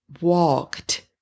walked